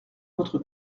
votre